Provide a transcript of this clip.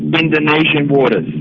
um indonesian and waters.